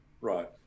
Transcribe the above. Right